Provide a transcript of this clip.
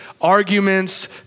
arguments